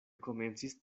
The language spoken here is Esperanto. komencis